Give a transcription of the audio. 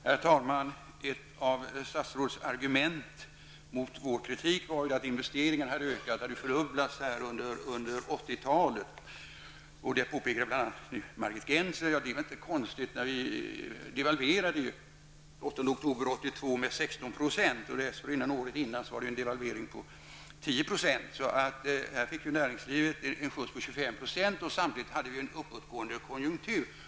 Herr talman! Ett av statsrådets argument mot vår kritik var att investeringarna har fördubblats under 80-talet. Det påpekade bl.a. Margit Gennser. Det är ju inte konstigt när det gjordes en devalvering den 8 oktober 1982 med 16 % och dessförinnan året innan en devalvering på 10 %. Här fick näringslivet en skjuts uppåt med 25 %. Samtidigt var det en uppåtgående konjunktur.